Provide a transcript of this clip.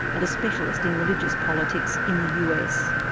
and a specialist in religious politics in the us.